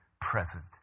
present